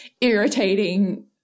irritating